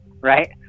right